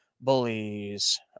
bullies